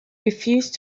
refused